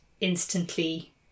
instantly